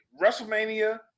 WrestleMania